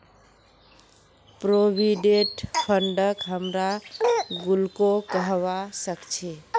provident फंडक हमरा गुल्लको कहबा सखछी